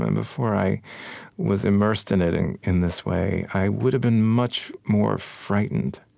and before i was immersed in it in in this way, i would've been much more frightened